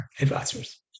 advisors